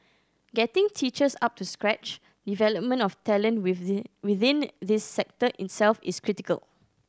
getting teachers up to scratch of talent with the within this sector itself is critical